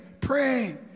praying